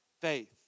Faith